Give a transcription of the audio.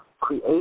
create